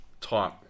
type